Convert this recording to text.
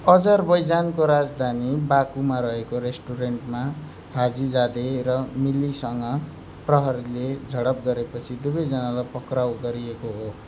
अजरबैजानको राजधानी बाकुमा रहेको रेस्टुरेन्टमा हाजिजादे र मिल्लीसँग प्रहरीले झडप गरेपछि दुवैजनालाई पक्राउ गरिएको हो